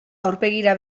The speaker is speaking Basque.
aurpegira